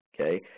Okay